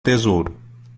tesouro